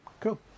Cool